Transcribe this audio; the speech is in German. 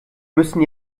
müssen